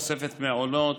תוספת מעונות,